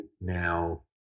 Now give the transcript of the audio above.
now